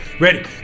Ready